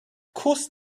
course